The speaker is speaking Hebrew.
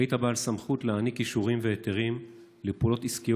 היית בעל סמכות להעניק אישורים והיתרים לפעולות עסקיות